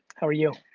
how are you?